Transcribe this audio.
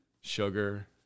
Sugar